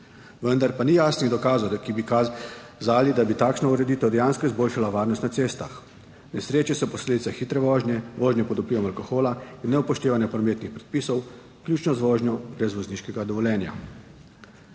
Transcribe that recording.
vendar pa ni jasnih dokazov, ki bi kazali, da bi takšna ureditev dejansko izboljšala varnost na cestah. Nesreče so posledica hitre vožnje, vožnje pod vplivom alkohola in neupoštevanja prometnih predpisov, vključno z vožnjo brez vozniškega dovoljenja.